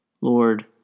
Lord